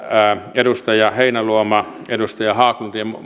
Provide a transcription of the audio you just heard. edustaja heinäluoma edustaja haglund ja